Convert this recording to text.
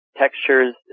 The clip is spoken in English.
textures